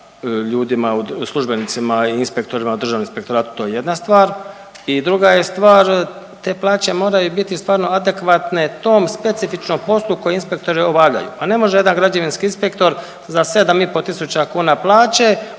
ljudima, službenicima i inspektorima u Državnom inspektoratu to je jedna stvar. I druga je stvar te plaće moraju biti stvarno adekvatne tom specifičnom poslu koji inspektori obavljaju. Pa ne može jedan građevinski inspektor za 7,5 tisuća kuna plaće